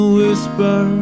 whisper